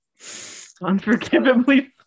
Unforgivably